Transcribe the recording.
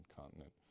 continent